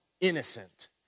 innocent